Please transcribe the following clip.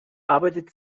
arbeitet